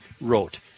wrote